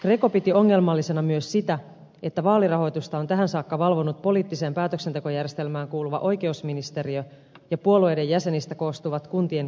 greco piti ongelmallisena myös sitä että vaalirahoitusta ovat tähän saakka valvoneet poliittiseen päätöksentekojärjestelmään kuuluva oikeusministeriö ja puolueiden jäsenistä koostuvat kuntien keskusvaalilautakunnat